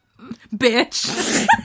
bitch